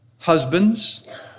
husbands